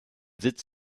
sitz